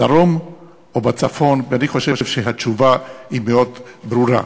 בדרום או בצפון, ואני חושב שהתשובה מאוד ברורה.